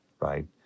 right